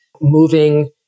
moving